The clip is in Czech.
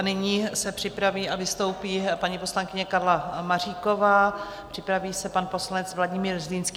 Nyní se připraví a vystoupí paní poslankyně Karla Maříková, připraví se pan poslanec Vladimír Zlínský.